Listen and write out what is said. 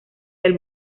del